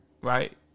right